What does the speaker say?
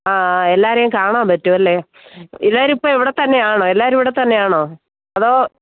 ആ ആ എല്ലാവരെയും കാണാൻ പറ്റും അല്ലേ എല്ലാവരും ഇപ്പോള് ഇവിടെത്തന്നെയാണോ എല്ലാവരും ഇവിടെത്തന്നെയാണോ അതോ